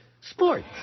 sports